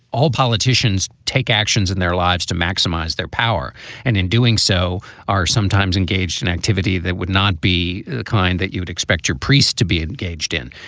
all politicians take actions in their lives to maximize their power and in doing so are sometimes engaged in activity. that would not be the kind that you would expect your priest to be engaged in.